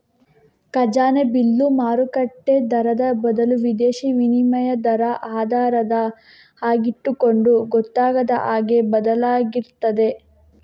ಖಜಾನೆ ಬಿಲ್ಲು ಮಾರುಕಟ್ಟೆ ದರದ ಬದಲು ವಿದೇಶೀ ವಿನಿಮಯ ದರ ಆಧಾರ ಆಗಿಟ್ಟುಕೊಂಡು ಗೊತ್ತಾಗದ ಹಾಗೆ ಬದಲಾಗ್ತಿರ್ತದೆ